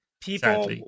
People